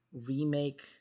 remake